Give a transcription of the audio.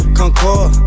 concord